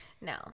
No